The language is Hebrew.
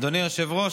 אדוני היושב-ראש,